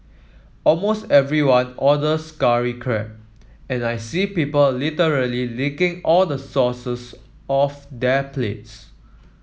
almost everyone orders curry crab and I see people literally licking all the off their plates